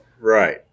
right